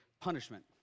punishment